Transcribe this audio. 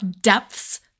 depths